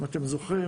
אם אתם זוכרים,